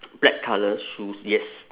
black colour shoes yes